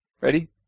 Ready